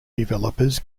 developers